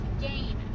gain